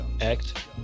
act